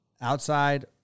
outside